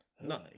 No